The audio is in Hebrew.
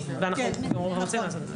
רלוונטי.